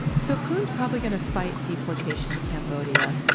so phoeun's probably going to fight deportation to cambodia.